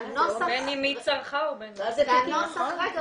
הנוסח של החוק